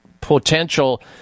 potential